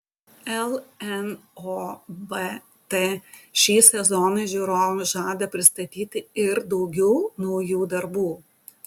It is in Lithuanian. lnobt šį sezoną žiūrovams žada pristatyti ir daugiau naujų darbų